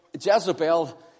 Jezebel